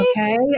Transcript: Okay